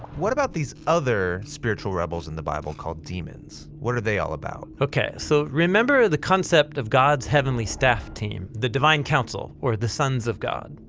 what about these other spiritual rebels in the bible called demons? what are they all about? okay. so remember the concept of god's heavenly staff team, the divine council, or the sons of god.